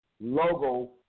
logo